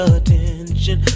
attention